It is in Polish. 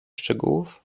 szczegółów